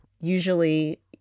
usually